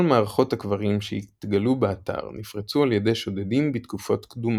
כל מערכות הקברים שהתגלו באתר נפרצו על ידי שודדים בתקופות קדומות.